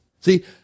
See